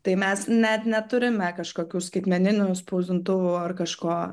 tai mes net neturime kažkokių skaitmeninių spausdintuvų ar kažko